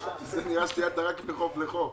מי מציג את החוק?